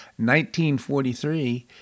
1943